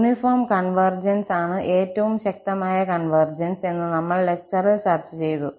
uniform convergence ആണ് ഏറ്റവും ശക്തമായ കൺവെർജൻസ് എന്ന് നമ്മൾ ലെക്ചറിൽ ചർച്ച ചെയ്തു